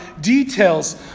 details